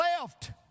left